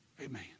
Amen